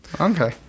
Okay